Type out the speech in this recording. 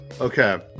Okay